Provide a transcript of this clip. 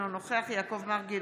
אינו נוכח יעקב מרגי,